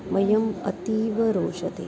मह्यम् अतीव रोचते